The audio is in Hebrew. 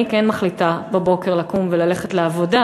אני כן מחליטה בבוקר לקום וללכת לעבודה,